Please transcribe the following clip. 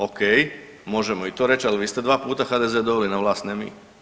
O.k. Možemo i to reći, ali vi ste dva puta HDZ doveli na vlast, ne mi.